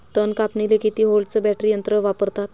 तन कापनीले किती व्होल्टचं बॅटरी यंत्र वापरतात?